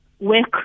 work